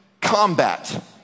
combat